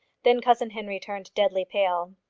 then cousin henry turned deadly pale.